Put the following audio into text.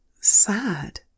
sad